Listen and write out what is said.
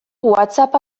whatsapp